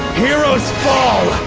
heroes fall.